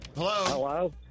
Hello